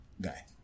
guy